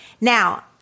Now